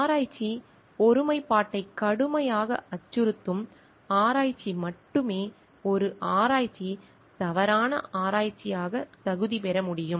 ஆராய்ச்சி ஒருமைப்பாட்டை கடுமையாக அச்சுறுத்தும் ஆராய்ச்சி மட்டுமே ஒரு ஆராய்ச்சி தவறான ஆராய்ச்சியாக தகுதி பெற முடியும்